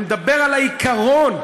אני מדבר על העיקרון.